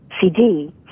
CD